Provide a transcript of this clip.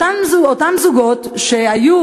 אותם זוגות, כשלא היו